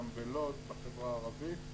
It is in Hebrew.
גם בלוד בחברה הערבית.